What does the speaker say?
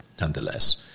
nonetheless